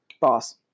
boss